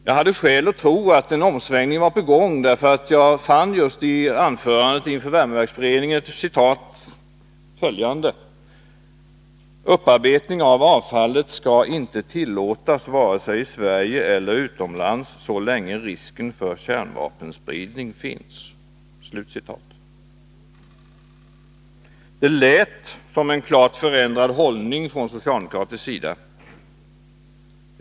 Jag hade skäl att tro att en omsvängning var på gång. I anförandet inför Värmeverksföreningen i oktober 1982 fann jag följande citat: ”Upparbetning av avfallet skall inte tillåtas vare sig i Sverige eller utomlands så länge risken för kärnvapenspridning finns.” Det lät som en klart förändrad hållning från socialdemokratisk sida.